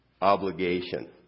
obligation